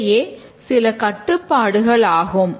இவையே சில கட்டுப்பாடுகள் ஆகும்